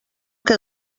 que